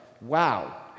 wow